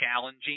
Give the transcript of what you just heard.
challenging